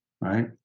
right